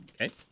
Okay